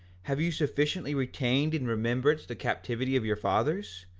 have you sufficiently retained in remembrance the captivity of your fathers?